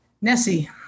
Nessie